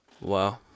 Wow